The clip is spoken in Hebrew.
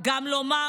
גם לומר